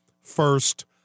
First